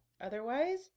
Otherwise